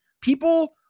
People